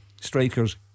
strikers